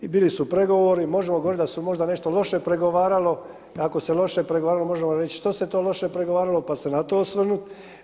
I bili su pregovori, možemo govoriti da se nešto možda pregovaralo i ako se loše pregovaralo možemo reći što se to loše pregovaralo pa se na to osvrnut.